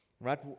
right